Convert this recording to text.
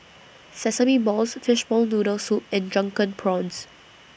Sesame Balls Fishball Noodle Soup and Drunken Prawns